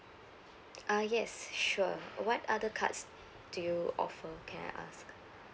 uh yes sure what other cards do you offer can I ask